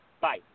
Bye